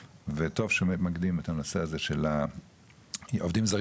וטוב שממקדים את הנושא הזה של העובדים זרים,